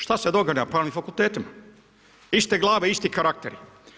Šta se događa na pravnim fakultetima, iste glave, isti karakteri.